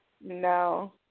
No